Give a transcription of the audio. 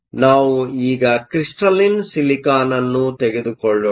ನಾವು ಈಗ ಕ್ರಿಸ್ಟಲಿನ್ ಸಿಲಿಕಾನ್ತೆಗೆದುಕೊಳ್ಳೋಣ